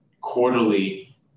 quarterly